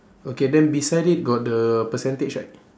okay then beside it got the percentage right